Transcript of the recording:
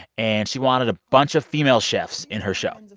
and she wanted a bunch of female chefs in her show.